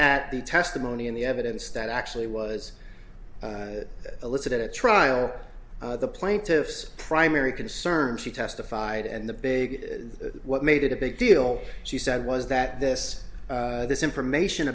at the testimony in the evidence that actually was elicited at trial the plaintiff's primary concern she testified and the big what made it a big deal she said was that this this information